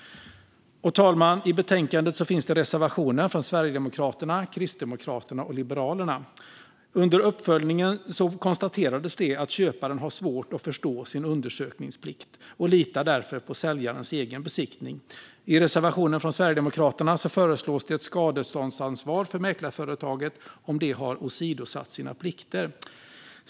Fru talman! I betänkandet finns det reservationer från Sverigedemokraterna, Kristdemokraterna och Liberalerna. Under uppföljningen konstaterades det att köparen har svårt att förstå sin undersökningsplikt och därför litar på säljarens egen besiktning. I reservationen från Sverigedemokraterna föreslås det ett skadeståndsansvar för mäklarföretagen i de fall de har åsidosatt sina plikter.